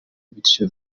bityo